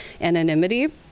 anonymity